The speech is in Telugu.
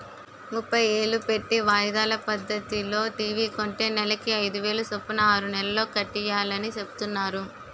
ముప్పై ఏలు పెట్టి వాయిదాల పద్దతిలో టీ.వి కొంటే నెలకి అయిదేలు సొప్పున ఆరు నెలల్లో కట్టియాలని సెప్తున్నారు